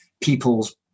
people's